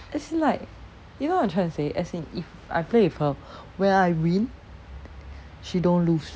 as in like you know what I'm trying to say as in if I play with her when I win she don't lose